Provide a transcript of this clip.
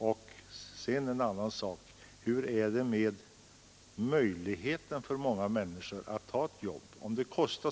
Och vilken möjlighet kommer många av dessa människor att ha att ta ett jobb på annan ort?